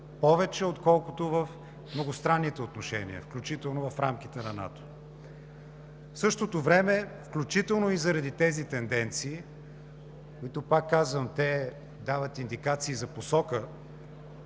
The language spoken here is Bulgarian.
повече, отколкото в многостранните отношения, включително в рамките на НАТО. В същото време, включително и заради тези тенденции, които пак казвам, те дават индикации за посока,